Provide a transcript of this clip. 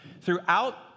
Throughout